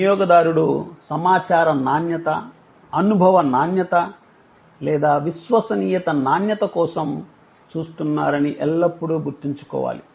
వినియోగదారుడు సమాచార నాణ్యత అనుభవ నాణ్యత లేదా విశ్వసనీయత నాణ్యత కోసం చూస్తున్నారని ఎల్లప్పుడూ గుర్తుంచుకోవాలి